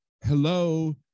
Hello